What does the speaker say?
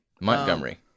Montgomery